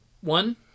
One